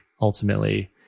ultimately